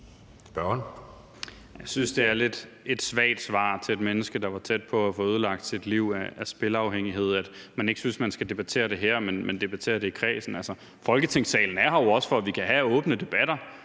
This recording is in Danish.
Jeg synes, det er et lidt svagt svar til et menneske, der var tæt på at få ødelagt sit liv af spilafhængighed, at man ikke synes, at man skal debattere det her, men at man debatterer det i kredsen. Altså, Folketingssalen er her jo også, for at vi kan have åbne debatter.